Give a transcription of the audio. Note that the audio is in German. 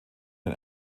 den